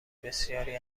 بسیاری